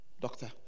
doctor